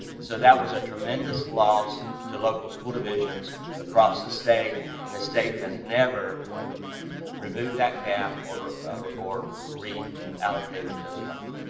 so that was a tremendous loss to local school divisions across the state and the state has never remove that cap or ah or or re allocated those funds.